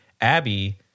Abby